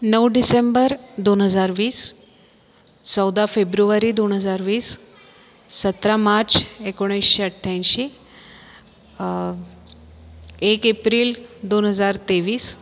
नऊ डिसेम्बर दोन हजार वीस चौदा फेब्रुवारी दोन हजार वीस सतरा मार्च एकोणीसशे अठ्ठ्याऐशी एक एप्रिल दोन हजार तेवीस